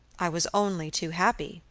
i was only too happy,